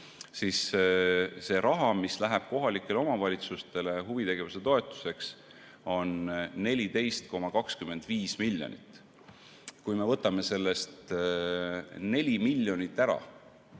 siis seda raha, mis läheb kohalikele omavalitsustele huvitegevuse toetuseks, on 14,25 miljonit. Kui me võtame sellest 4 miljonit ära